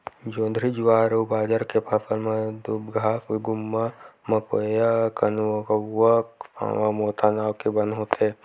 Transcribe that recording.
जोंधरी, जुवार अउ बाजरा के फसल म दूबघास, गुम्मा, मकोया, कनकउवा, सावां, मोथा नांव के बन होथे